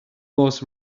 was